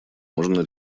можно